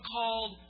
called